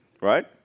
right